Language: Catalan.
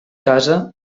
casa